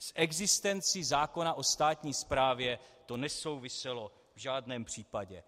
S existencí zákona o státní správě to nesouviselo v žádném případě.